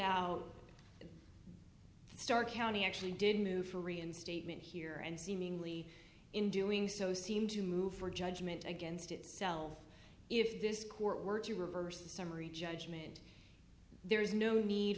out stark county actually did move for reinstatement here and seemingly in doing so seemed to move for judgment against itself if this court were to reverse a summary judgment there is no need